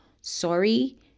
sorry